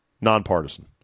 nonpartisan